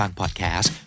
podcast